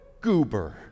Goober